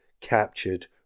captured